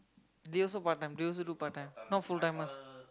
they also part time they also do part time not full timers